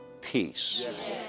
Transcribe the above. peace